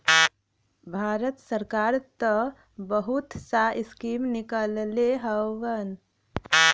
भारत सरकार त बहुत सा स्कीम निकलले हउवन